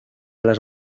las